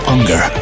Unger